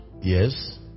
Yes